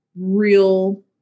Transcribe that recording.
real